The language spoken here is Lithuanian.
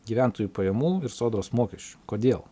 gyventojų pajamų ir sodros mokesčių kodėl